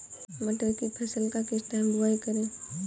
मटर की फसल का किस टाइम बुवाई करें?